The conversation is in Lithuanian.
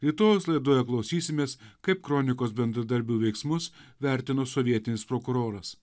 rytojaus laidoje klausysimės kaip kronikos bendradarbių veiksmus vertino sovietinis prokuroras